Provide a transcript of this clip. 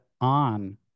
on